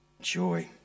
joy